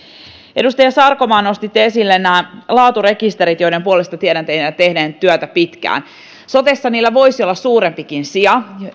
edustaja sarkomaa nostitte esille laaturekisterit joiden puolesta tiedän teidän tehneen työtä pitkään sotessa niillä voisi olla suurempikin sija